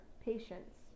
patients